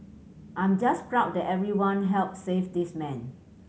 I'm just proud that everyone helped save this man